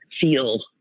feel